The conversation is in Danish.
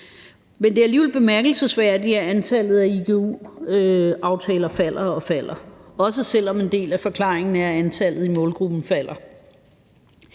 Men det er alligevel bemærkelsesværdigt, at antallet af igu-aftaler falder og falder, også selv om en del af forklaringen er, at antallet i målgruppen falder.